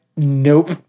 Nope